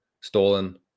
stolen